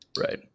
right